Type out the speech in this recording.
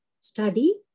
study